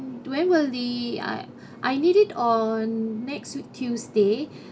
when will the I I need it on next week tuesday